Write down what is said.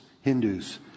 Hindus